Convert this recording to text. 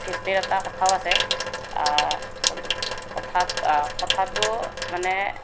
সৃষ্টিৰ এটা কথাও আছে কথাত কথাটো মানে